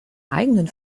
eigenen